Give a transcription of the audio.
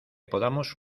podamos